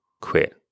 quit